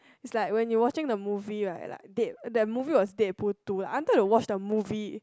it's like when you watching the movie right like dead~ that movie was deadpool two right I've not watch the movie